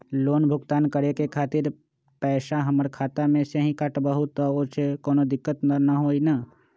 Loan भुगतान करे के खातिर पैसा हमर खाता में से ही काटबहु त ओसे कौनो दिक्कत त न होई न?